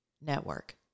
network